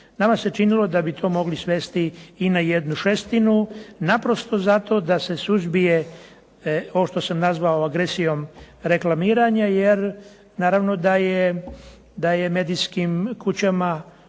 Nama se činilo da bi to mogli svesti i na jednu šestinu naprosto zato da se suzbije ovo što sam nazvao agresijom reklamiranja jer naravno da je medijskim kućama